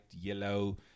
yellow